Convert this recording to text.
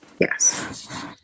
yes